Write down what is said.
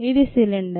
ఇది సిలిండర్